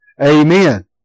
Amen